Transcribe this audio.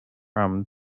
from